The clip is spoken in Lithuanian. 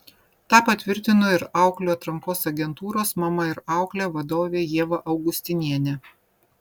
tą patvirtino ir auklių atrankos agentūros mama ir auklė vadovė ieva augustinienė